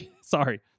Sorry